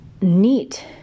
neat